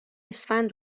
اسفند